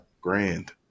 Grand